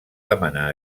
demanar